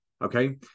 Okay